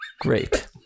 great